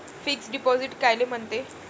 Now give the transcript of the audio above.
Fix deposit कायले म्हनते?